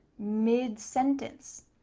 mid-sentence.